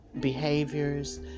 behaviors